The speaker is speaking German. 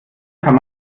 kann